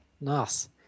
Nice